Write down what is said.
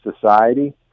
society